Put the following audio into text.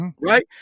right